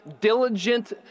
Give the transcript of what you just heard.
diligent